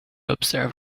observe